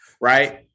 Right